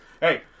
Hey